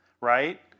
right